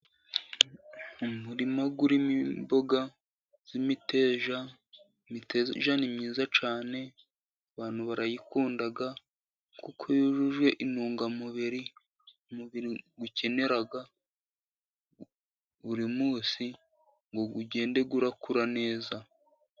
Umurima urimo imboga z'imiteja, imiteja ni myiza cyane, abantu barayikunda, kuko yujuje intungamubiri, umubiri ukenera buri munsi, ngo ugende urakura neza.